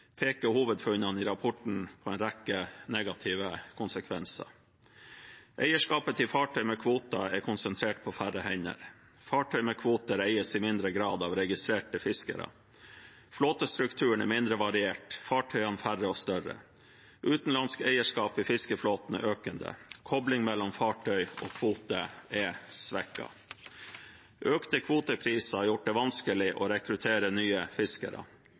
peker hovedfunnene i rapporten på en rekke negative konsekvenser: Eierskapet til fartøy med kvoter er konsentrert på færre hender. Fartøy med kvoter eies i mindre grad av registrerte fiskere. Flåtestrukturen er mindre variert, fartøyene færre og større. Utenlandsk eierskap i fiskeflåten er økende. Kobling mellom fartøy og kvote er svekket. Økte kvotepriser har gjort det vanskelig å rekruttere nye fiskere.